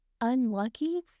unlucky